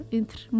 entre